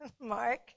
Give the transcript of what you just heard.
Mark